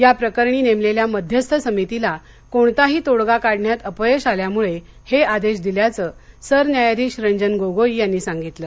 या प्रकरणी नेमलेल्या मध्यस्थ समितीला कोणताही तोडगा काढण्यात अपयश आल्यामुळे हे आदेश दिल्याचं सरन्यायाधीश रंजन गोगोई यांनी सांगितलं